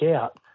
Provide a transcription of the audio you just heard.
out